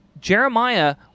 Jeremiah